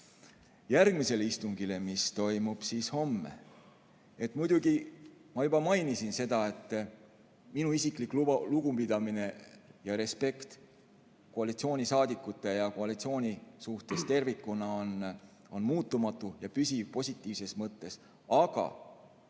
järgmisel istungil, mis toimub homme. Ma juba mainisin seda, et minu isiklik lugupidamine, respekt koalitsioonisaadikute ja koalitsiooni suhtes tervikuna on muutumatu ja püsiv, positiivses mõttes. Aga